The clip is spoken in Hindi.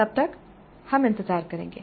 तब तक हम इंतजार करेंगे